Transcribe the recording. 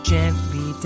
Gently